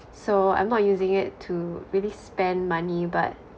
so I'm not using it to really spend money but